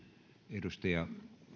edustaja